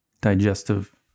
digestive